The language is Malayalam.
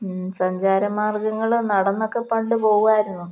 സഞ്ചാര മാർഗ്ഗങ്ങള് നടന്നൊക്കെ പണ്ടു പോകുമായിരുന്നു